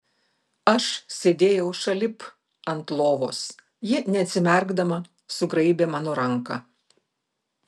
aš sėdėjau šalip ant lovos ji neatsimerkdama sugraibė mano ranką